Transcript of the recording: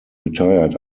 retired